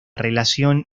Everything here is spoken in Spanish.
relación